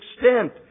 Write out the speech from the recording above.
extent